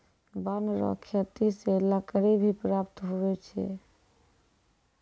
वन रो खेती से लकड़ी भी प्राप्त हुवै छै